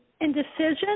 indecision